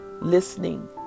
listening